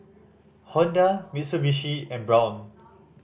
Honda Mitsubishi and Braun